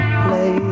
play